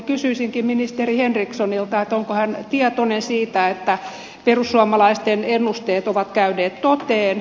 kysyisinkin ministeri henrikssonilta onko hän tietoinen siitä että perussuomalaisten ennusteet ovat käyneet toteen